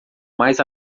mais